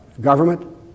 government